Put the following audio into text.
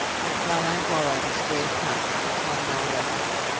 mcfarlane borrowed the square punt from the clonmel wreckers,